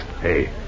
Hey